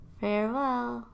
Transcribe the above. Farewell